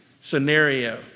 scenario